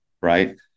right